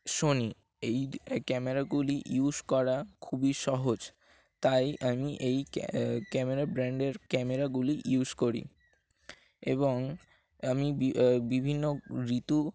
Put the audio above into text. Sony এই ক্যামেরাগুলি use করা খুবই সহজ তাই আমি এই ক্যামেরা ব্র্যান্ডের ক্যামেরাগুলি ইউজ করি এবং আমি বিভিন্ন ঋতু